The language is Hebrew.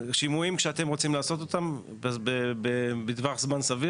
כשאתם רוצים לעשות שימוע בטווח זמן סביר